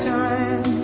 time